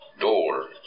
Door